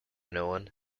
known